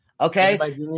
Okay